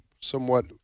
somewhat